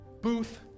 booth